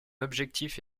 objectif